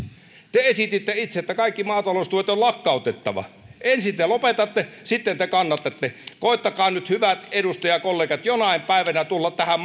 te esititte itse että kaikki maataloustuet on lakkautettava ensin te lopetatte sitten te kannatatte koettakaa nyt hyvät edustajakollegat jonain päivänä tulla tähän